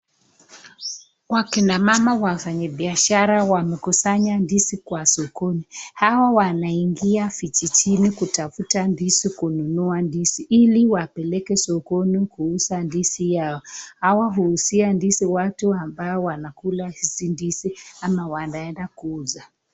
Wakina mama wafanyibiashara wamekusanya ndizi kwa sokoni. Hawa wanaingia vichichini kutafuta ndizi kununua ndizi ili wapeleke sokoni kuuza ndizi yao. Hawa huuzia ndizi watu ambao wanakula ndizi ama wanaenda kuuza.